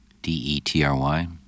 D-E-T-R-Y